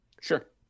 sure